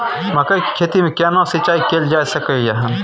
मकई की खेती में केना सिंचाई कैल जा सकलय हन?